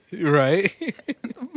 right